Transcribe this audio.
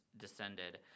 descended